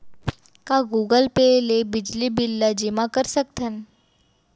का Google Pay ले बिजली बिल ल जेमा कर सकथन?